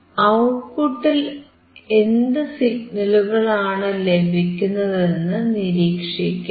ഔട്ട്പുട്ടിൽ എന്തു സിഗ്നലുകളാണ് ലഭിക്കുന്നതെന്ന് നിരീക്ഷിക്കാം